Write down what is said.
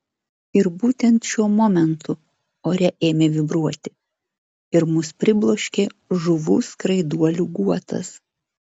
ir būtent šiuo momentu ore ėmė vibruoti ir mus pribloškė žuvų skraiduolių guotas